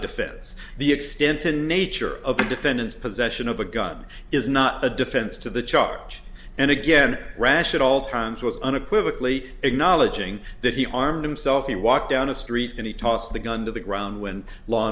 defense the extent to nature of the defendant's possession of a gun is not a defense to the charge and again rash at all times was unequivocal e acknowledging that he armed himself he walked down the street and he tossed the gun to the ground when law